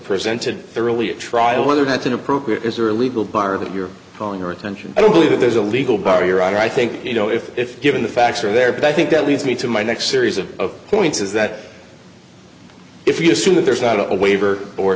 presented really a trial whether that's inappropriate is there a legal bar that you're calling attention i don't believe that there's a legal bar your honor i think you know if if given the facts are there but i think that leads me to my next series of points is that if you assume that there's not a waiver or